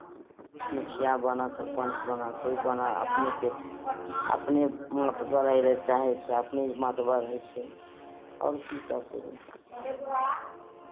मुखिया बनह सरपञ्च बनह कोइ बनह अपनेके अपने महतबर रहय चाहै छै आ अपने महतबर होइ छै आओर की करतै लोक